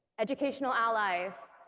educational allies,